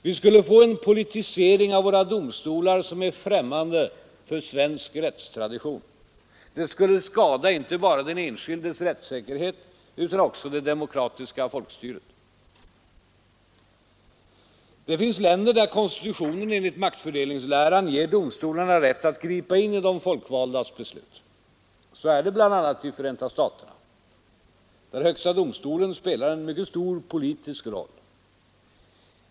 Vi skulle få en politisering av våra domstolar som är främmande för svensk rättstradition. Det skulle skada inte bara den enskildes rättssäkerhet utan också det demokratiska folkstyret. Det finns länder där konstitutionen enligt maktfördelningsläran ger domstolarna rätt att gripa in i de folkvaldas beslut. Så är det bl.a. i Förenta staterna, där högsta domstolen spelar en mycket stor politisk roll.